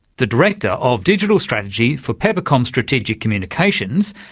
the director of digital strategy for peppercom strategic communications,